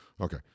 Okay